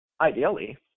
Ideally